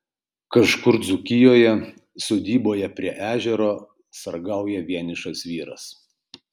kažkur dzūkijoje sodyboje prie ežero sargauja vienišas vyras